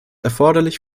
erforderlich